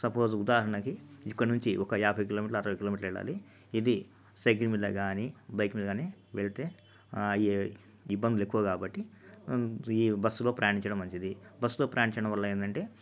suppose ఉదాహరణకి ఇక్కడ నుంచి ఒక యాభై కిలోమీటర్లు అరవై కిలోమీటర్లు వెళ్ళాలి ఇది సైకిల్ మీద కానీ బైక్ మీద కానీ వెళ్తే ఇబ్బందులు ఎక్కువ కాబట్టి ఈ బస్సులో ప్రయాణించడం మంచిది బస్సులో ప్రయాణించడం వళ్లేంటంటే